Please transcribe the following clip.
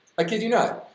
i kid you not,